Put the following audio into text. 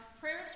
Prayers